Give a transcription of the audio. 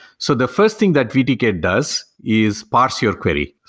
so the first thing that vt gate does is parse your query.